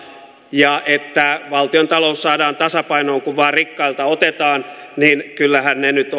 ja että valtiontalous saadaan tasapainoon kun vain rikkailta otetaan niin kyllähän ne nyt